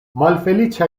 malfeliĉa